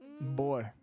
Boy